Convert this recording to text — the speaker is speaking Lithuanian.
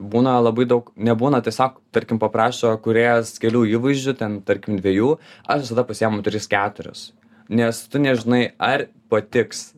būna labai daug nebūna tiesiog tarkim paprašo kūrėjas kelių įvaizdžių ten tarkim dviejų aš visada pasiimu tris keturis nes tu nežinai ar patiks